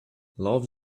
love